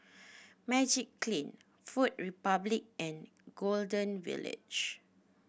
Magiclean Food Republic and Golden Village